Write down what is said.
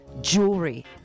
jewelry